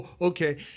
Okay